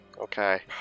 Okay